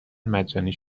مجانی